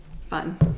fun